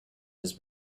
his